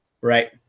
right